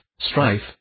strife